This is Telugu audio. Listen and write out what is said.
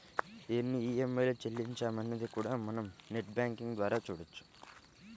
ఎన్ని ఈఎంఐలు చెల్లించామన్నది కూడా మనం నెట్ బ్యేంకింగ్ ద్వారా చూడొచ్చు